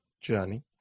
journey